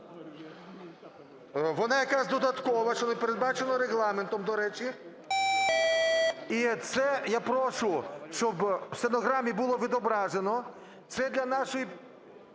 Вона якась додаткова, що не передбачено Регламентом, до речі. І це я прошу, щоб в стенограмі було відображено, це для нашої